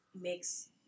makes